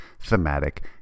thematic